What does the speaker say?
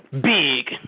big